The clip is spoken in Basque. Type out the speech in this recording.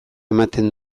ematen